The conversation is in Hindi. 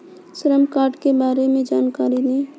श्रम कार्ड के बारे में जानकारी दें?